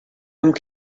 amb